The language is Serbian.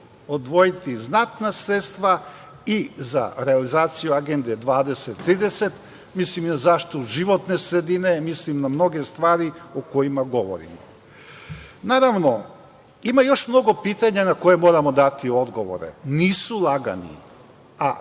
odvojiti znatna sredstva i za realizaciju Agende 2030, mislim i na zaštitu životne sredine, mislim na mnoge stvari o kojima govorimo. Naravno, ima još mnogo pitanja na koja moramo dati odgovore. Nisu lagani, a